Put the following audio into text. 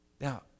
Now